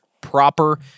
proper